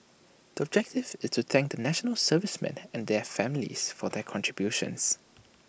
the objective is to thank the National Servicemen and their families for their contributions